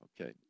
Okay